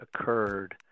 occurred